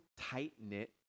tight-knit